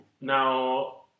Now